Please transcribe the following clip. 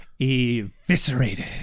Eviscerated